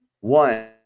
one